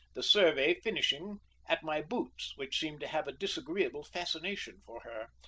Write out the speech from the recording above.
the survey finishing at my boots, which seemed to have a disagreeable fascination for her.